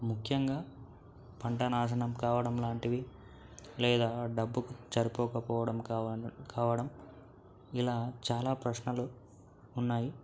ముఖ్యంగా పంట నాశనం కావడం లాంటివి లేదా డబ్బుకి సరిపోకపోవడం కావ కావడం ఇలా చాలా ప్రశ్నలు ఉన్నాయి